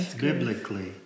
biblically